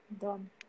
done